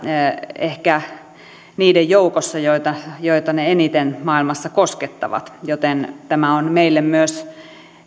ehkä niiden joukossa joita joita ne eniten maailmassa koskettavat joten tämä on meille myös